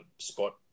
spot